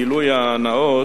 למען הגילוי הנאות,